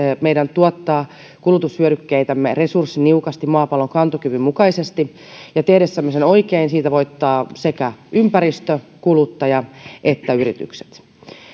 meidän mahdollisuutemme tuottaa kulutushyödykkeitämme resurssiniukasti maapallon kantokyvyn mukaisesti tehdessämme sen oikein siinä voittavat sekä ympäristö kuluttaja että yritykset